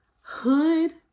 hood